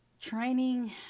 Training